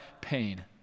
pain